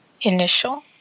initial